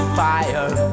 fire